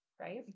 Right